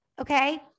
okay